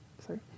Sorry